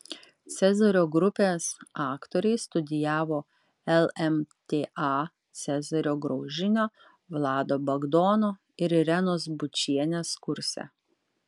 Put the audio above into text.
cezario grupės aktoriai studijavo lmta cezario graužinio vlado bagdono ir irenos bučienės kurse